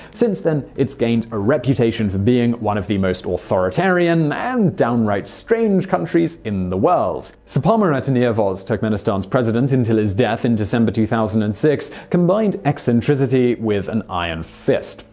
since then it's gained a reputation for being one of the most authoritarian, and downright strange, countries in the world. saparmurat niyavoz, turkmenistan's president until his death in december two thousand and six, combined eccentricity with an iron fist.